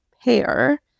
pair